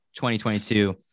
2022